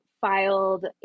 filed